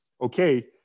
okay